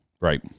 Right